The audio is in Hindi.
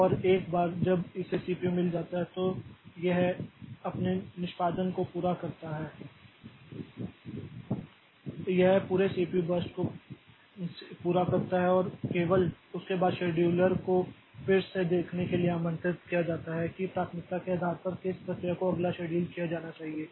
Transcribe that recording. और एक बार जब इसे सीपीयू मिल जाता है तो यह अपने निष्पादन को पूरा करता है यह पूरे सीपीयू बर्स्ट को पूरा करता है और केवल उसके बाद शेड्यूलर को फिर से देखने के लिए आमंत्रित किया जाता है कि प्राथमिकता के आधार पर किस प्रक्रिया को अगला शेड्यूल किया जाना चाहिए